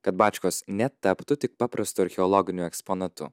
kad bačkos netaptų tik paprastu archeologiniu eksponatu